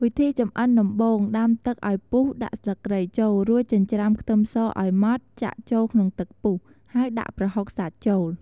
វិធីចម្អិនដំបូងដាំទឹកអោយពុះដាក់ស្លឹកគ្រៃចូល រួចចិញ្ច្រាំខ្ទឹមសឲ្យម៉ដ្ឋចាក់ចូលក្នុងទឹកពុះ ហើយដាក់ប្រហុកសាច់ចូល។